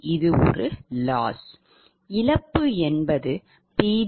இழப்புPg2 Pg2Pg3